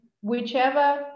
whichever